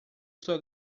sua